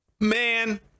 Man